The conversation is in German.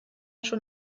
schon